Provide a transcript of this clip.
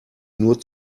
nur